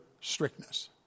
strictness